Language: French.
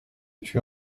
tut